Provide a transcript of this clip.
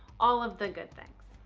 all of the good things.